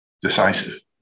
decisive